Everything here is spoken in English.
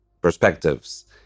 perspectives